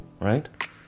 right